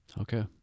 Okay